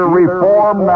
reform